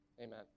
Amen